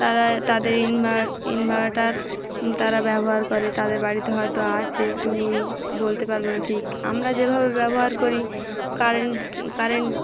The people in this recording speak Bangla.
তারা তাদের ইনভার ইনভার্টার তারা ব্যবহার করে তাদের বাড়িতে হয়তো আছে আমি বলতে পারবো না ঠিক আমরা যেভাবে ব্যবহার করি কারেন্ট কারেন্ট